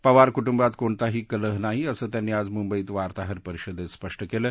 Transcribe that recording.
पवार कुटुंबात कोणताही कलह नाही असं त्यांनी आज मुंबईत वार्ताहर परिषदक्त स्पष्ट कलि